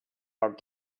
are